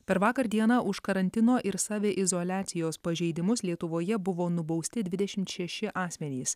per vakar dieną už karantino ir saviizoliacijos pažeidimus lietuvoje buvo nubausti dvidešimt šeši asmenys